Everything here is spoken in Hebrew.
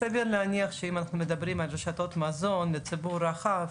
סביר להניח שאם אנחנו מדברים על רשתות מזון לציבור הרחב